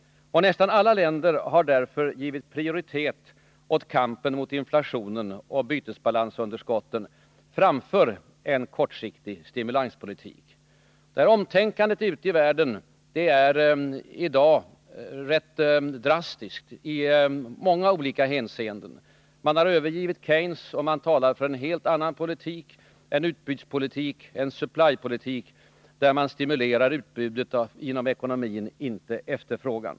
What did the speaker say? Nästan alla länder har därför givit prioritet åt kampen mot inflationen och bytesbalansunderskotten framför en kortsiktig stimulanspolitik. Detta omtänkande ute i världen är i dag rätt drastiskt i många olika hänseenden. Man har övergivit Keynes. Man talar för en helt annan politik, en utbudspolitik, en supply-politik, där man stimulerar utbudet inom ekonomin, inte efterfrågan.